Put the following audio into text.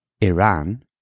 Iran